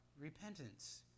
repentance